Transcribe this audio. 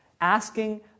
asking